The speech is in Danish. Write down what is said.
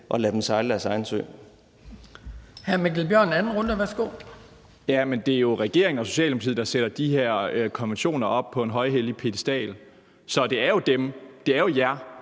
at lade dem sejle deres egen sø.